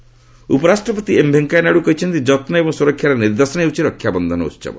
ନାଇଡୁ ରାକ୍ଷୀ ଉପରାଷ୍ଟ୍ରପତି ଏମ୍ ଭେଙ୍କୟା ନାଇଡୁ କହିଛନ୍ତି ଯତ୍ନ ଏବଂ ସୁରକ୍ଷାର ନିଦର୍ଶନ ହେଉଛି ରକ୍ଷାବନ୍ଧନ ଉତ୍ସବ